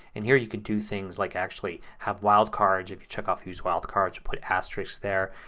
and here you can do things like actually have wildcards, if you check off use wildcards. put asterisks there.